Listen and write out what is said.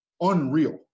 unreal